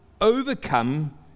overcome